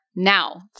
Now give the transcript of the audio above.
Now